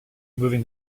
moving